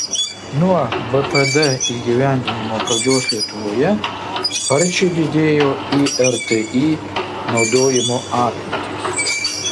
nuo bpd įgyvendinimo pradžios lietuvoje sparčiai didėjo irti naudojimo apimtys